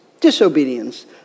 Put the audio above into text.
Disobedience